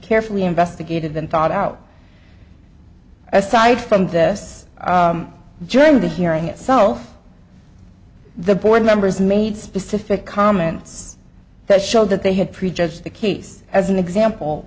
carefully investigated then thought out aside from this joined the hearing itself the board members made specific comments that showed that they had prejudge the case as an example